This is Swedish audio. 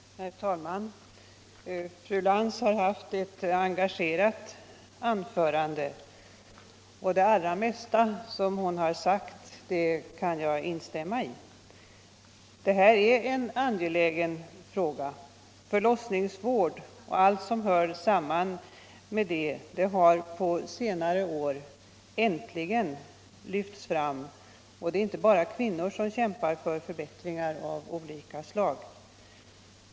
Herr talman! Fru Lantz har hållit ett engagerat anförande, och det allra mesta hon har sagt kan jag instämma 1. Det här är en angelägen fråga; förlossningsvården och allt som hör samman med den har på senare år äntligen lyfts fram, och det är inte bara kvinnor som kämpar för förbättringar av olika slag.